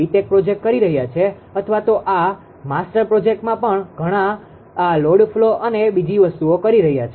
tech project કરી રહ્યા છે અથવા તો આ માસ્ટર પ્રોજેક્ટમાં પણ ઘણા આ લોડ ફ્લો અને બીજી વસ્તુઓ કરી રહ્યા છે